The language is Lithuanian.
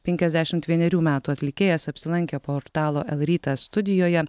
penkiasdešimt vienerių metų atlikėjas apsilankė portalo l rytas studijoje